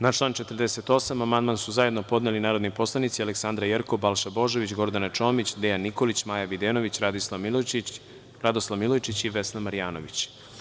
Na član 48. amandman su zajedno podneli narodni poslanici Aleksandra Jerkov, Balša Božović, Gordana Čomić, Dejan Nikolić, Maja Videnović, Radoslav Milojičić i Vesna Marjanović.